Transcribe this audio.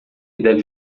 deve